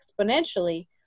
exponentially